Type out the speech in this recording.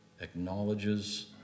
acknowledges